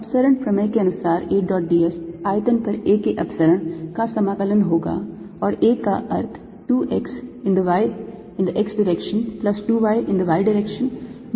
अपसरण प्रमेय के अनुसार A dot d s आयतन पर A के अपसरण का समाकलन होगा और A का अर्थ 2 x in the x direction plus 2 y in the y direction minus 3 z in the z direction है